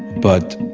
but,